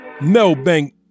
Melbank